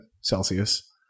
Celsius